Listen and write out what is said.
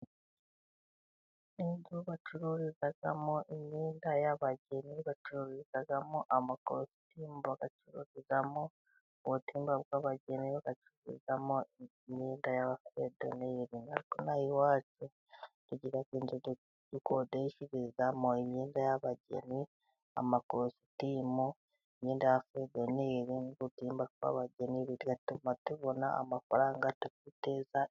Inzu bacururizamo imyenda y' abageni, bacururizamo amakositimu, bacururizamo ubutimba bw' abageni, bacururizamo imyenda y' abafiye doneri ino iwacu tugira aho dukodesha imyenda y' abageni amakositimu, imyenda y' abafiyedoneri n' udutimba tw' abageni bigatuma tubona amafaranga tukiteza(...).